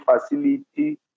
facility